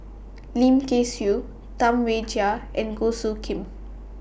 Lim Kay Siu Tam Wai Jia and Goh Soo Khim